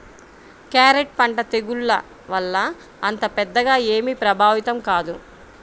carrot పంట తెగుళ్ల వల్ల అంత పెద్దగా ఏమీ ప్రభావితం కాదు